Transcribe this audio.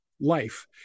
life